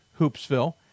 hoopsville